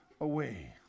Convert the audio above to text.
away